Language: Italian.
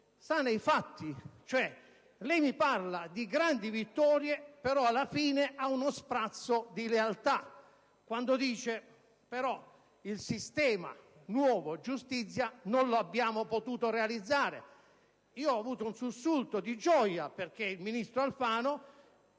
sta nei fatti. Lei parla di grandi vittorie, però alla fine ha uno sprazzo di lealtà quando dice che il nuovo sistema giustizia non lo avete potuto realizzare. Io ho avuto un sussulto di gioia, perché il ministro Alfano